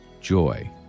joy